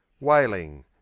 wailing